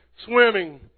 Swimming